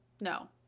No